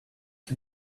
you